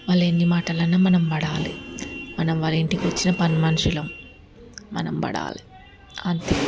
వాళ్ళు ఎన్ని మాటలన్నా మనం పడాలి మనం వాళ్ళ ఇంటికి వచ్చిన పని మనుషులం మనం పడాలి అంతే